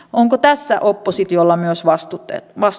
onko tässä oppositiolla myös vastustettavaa